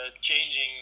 changing